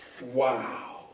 Wow